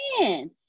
Man